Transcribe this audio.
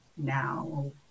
now